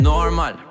Normal